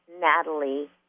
Natalie